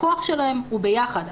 הכוח שלהן הוא ביחד.